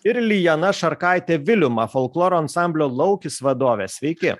ir lijana šarkaite viliuma folkloro ansamblio laukis vadovė sveiki